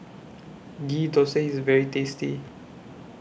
Ghee Thosai IS very tasty